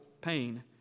pain